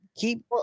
keep